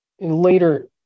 later